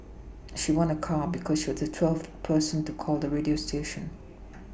she won a car because she was the twelfth person to call the radio station